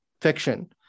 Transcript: fiction